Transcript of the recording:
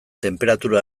tenperatura